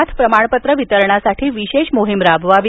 अनाथ प्रमाणपत्र वितरणासाठी विशेष मोहीम राबवावी